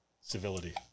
Civility